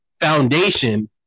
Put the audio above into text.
foundation